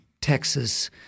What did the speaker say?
Texas